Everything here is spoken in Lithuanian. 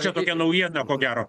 čia tokia naujiena ko gero